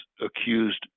accused